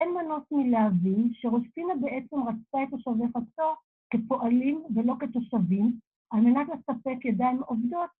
‫אין מנוס מלהבין שראש פינה בעצם ‫רצה את תושבי חצור כפועלים ולא כתושבים, ‫על מנת לספק ידיים עובדות.